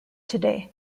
today